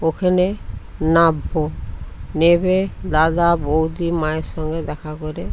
ওখেনে নাববো নেবে দাদা বৌদি মায়ের সঙ্গে দেখা করে